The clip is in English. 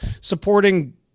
supporting